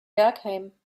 bergheim